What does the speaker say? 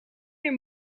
meer